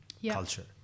culture